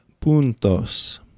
puntos